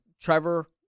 Trevor